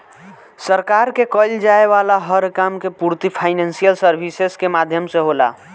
सरकार के कईल जाये वाला हर काम के पूर्ति फाइनेंशियल सर्विसेज के माध्यम से होला